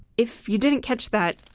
if you didn't catch that,